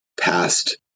past